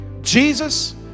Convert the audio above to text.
Jesus